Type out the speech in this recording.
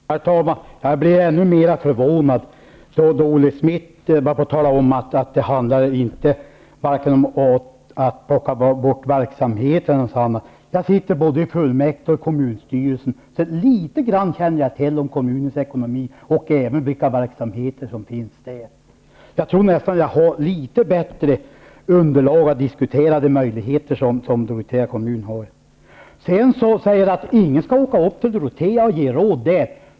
Herr talman! Jag blev ännu mer förvånad då Olle Schmidt började tala om att det inte handlar om att plocka bort verksamheter. Jag sitter både i fullmäktige och i kommunstyrelsen, så litet grand känner jag till om kommunens ekonomi och även om vilka verksamheter som finns i kommunen. Jag tror nästan att jag har litet bättre underlag för att diskutera de möjligheter som Dorotea kommun har än Olle Schmidt. Sedan sade Olle Schmidt att ingen skall åka upp till Dorotea och ge råd.